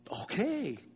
Okay